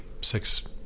six